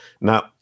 Now